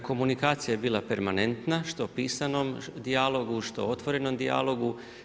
Nekomunikacija je bila permanenta, što u pisanom dijalogu, što u otvorenom dijalogu.